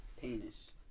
Penis